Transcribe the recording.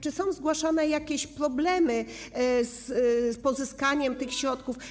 Czy są zgłaszane jakieś problemy z pozyskaniem tych środków?